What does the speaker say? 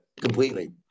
completely